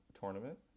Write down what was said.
tournament